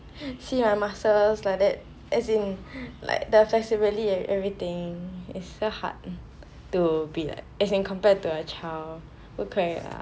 see my muscles like that as in like the flexibly and everything is so hard to be like as in compared to a child 不可以啦 like you cannot compare one